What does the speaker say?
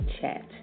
chat